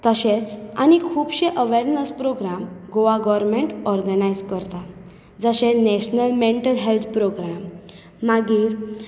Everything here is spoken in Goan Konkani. तशेंच आनी खुबशे awareness programme Goa government organise करता जशे नॅशनल मँटल हॅल्थ प्रोग्राम मागीर